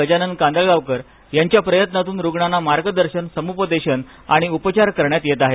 गजानन कांदळगावकर यांच्या प्रयत्नातुन रुग्णांना मार्गदर्शन समुपदेशन आणि उपचार करण्यात येणार आहेत